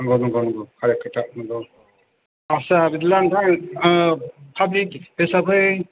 नंगौ नंगौ नंगौ कारेक्ट खोथा नंगौ आस्सा बिदिब्ला नोंथां पाब्लिक हिसाबै